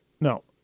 No